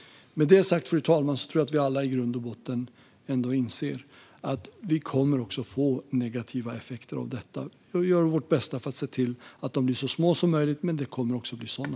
Med detta sagt, fru talman, tror jag att vi alla i grund och botten ändå inser att vi kommer att få negativa effekter av detta. Vi får göra vårt bästa för att se till att de blir så små som möjligt, men det kommer tyvärr att bli sådana.